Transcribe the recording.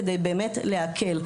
כדי לעכל.